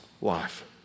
life